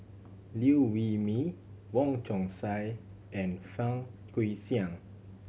Liew Wee Mee Wong Chong Sai and Fang Guixiang